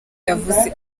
yavuze